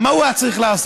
מה הוא היה צריך לעשות?